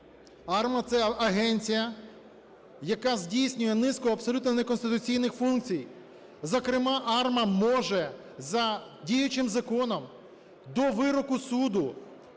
АРМА – це агенція, яка здійснює низку абсолютно неконституційних функцій, зокрема АРМА може за діючим законом до вироку суду,